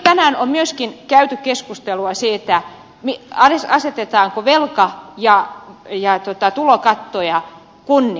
tänään on myöskin käyty keskustelua siitä asetetaanko velka ja tulokattoja kunnille